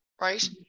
right